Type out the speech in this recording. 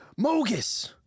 Mogus